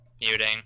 Muting